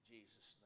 Jesus